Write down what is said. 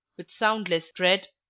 with soundless tread,